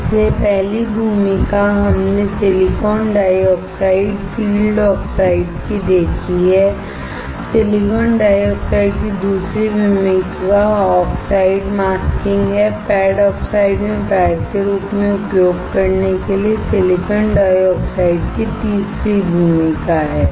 इसलिए पहली भूमिका हमने सिलिकॉन डाइऑक्साइड फील्ड ऑक्साइड की देखी है सिलिकॉन डाइऑक्साइड की दूसरी भूमिका ऑक्साइड मास्किंग है पैड आक्साइड में पैड के रूप में उपयोग करने के लिए सिलिकॉन डाइऑक्साइड की तीसरी भूमिका है